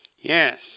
Yes